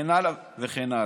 וכן הלאה וכן הלאה,